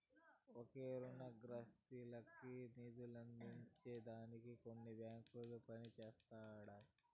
ఒకే రునగ్రహీతకి నిదులందించే దానికి కొన్ని బాంకిలు పనిజేస్తండాయి